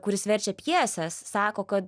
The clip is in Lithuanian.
kuris verčia pjeses sako kad